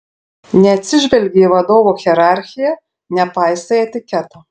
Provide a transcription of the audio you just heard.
neatsižvelgi į vadovų hierarchiją nepaisai etiketo